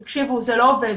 תקשיבו, זה לא עובד.